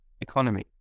economy